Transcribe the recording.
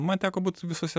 man teko būt visose